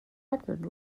records